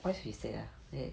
why she said ah